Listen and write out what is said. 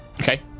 Okay